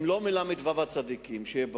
הם לא מל"ו הצדיקים, שיהיה ברור.